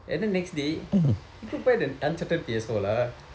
and then next day he go buy the uncharted P_S four lah